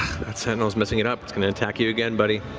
that sentinel's messing it up, it's going to attack you again, buddy.